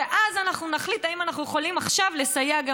ואז אנחנו נחליט אם אנחנו יכולים עכשיו לסייע גם